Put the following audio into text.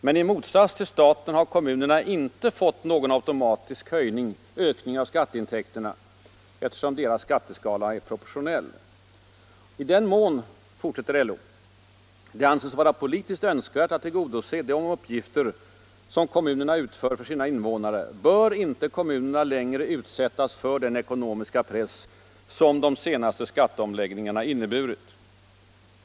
Men i motsats till staten har kommunerna inte fått någon automatisk höjning av skatteintäkterna, eftersom deras skatteskala är proportionell.” — ”I den mån” —- fortsätter LO —- ”det anses vara politiskt önskvärt att tillgodose de uppgifter som kommunerna utför för sina invånare bör inte kommunerna längre utsättas för den ekonomiska press som de senaste skatteomläggningarna inneburit”.